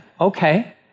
Okay